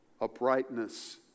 uprightness